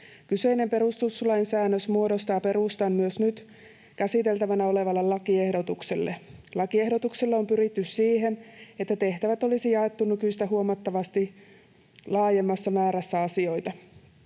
Kyseinen perustuslainsäännös muodostaa perustan myös nyt käsiteltävänä olevalle lakiehdotukselle. Lakiehdotuksella on pyritty siihen, että tehtävät olisi jaettu nykyistä huomattavasti laajemmassa määrässä asioita.